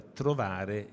trovare